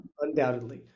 Undoubtedly